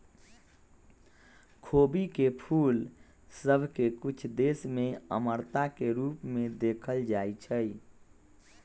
खोबी के फूल सभ के कुछ देश में अमरता के रूप में देखल जाइ छइ